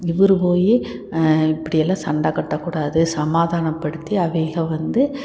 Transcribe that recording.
இவரு போய் இப்படியெல்லாம் சண்டை கட்டக்கூடாது சமாதானப்படுத்தி அவகள வந்து